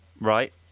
Right